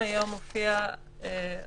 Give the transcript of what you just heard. מה עושים אם באירוע לא שומרים על ההנחיות?